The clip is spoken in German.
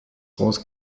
raus